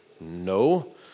No